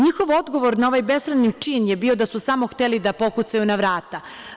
Njihov odgovor na ovaj besramni čin je bio da su samo hteli da pokucaju na vrata.